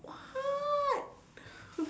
what